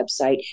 website